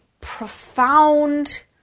profound